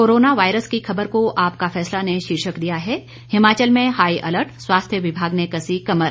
corona virus की खबर को आपका फैसला ने शीर्षक दिया है हिमाचल में हाई अलर्ट स्वास्थ्य विभाग ने कसी कमर